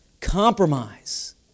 compromise